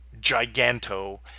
giganto